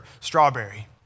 strawberry